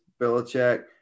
Belichick